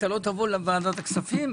אתה לא תבוא לוועדת הכספים?